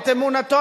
את אמונתו,